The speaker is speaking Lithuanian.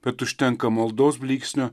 bet užtenka maldos blyksnio